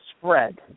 spread